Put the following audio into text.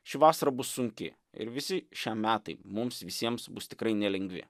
ši vasara bus sunki ir visi šie metai mums visiems bus tikrai nelengvi